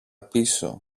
πίσω